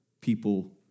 people